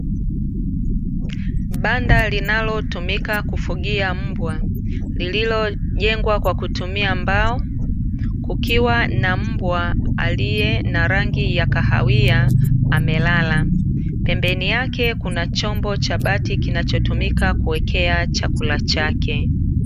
Banda linalotumika kufugia mbwa, lililojengwa kwa kutumia mbao, kukiwa na mbwa aliye na rangi ya kahawia amelala, pembeni yake kuna chombo cha bati, kinachotumika kuwekea chakula chake.